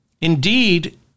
Indeed